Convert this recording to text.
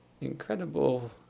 incredible